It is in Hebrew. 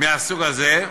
מהסוג הזה.